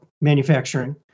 manufacturing